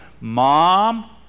Mom